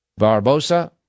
Barbosa